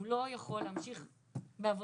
הוא לא יכול להמשיך בעבודתו,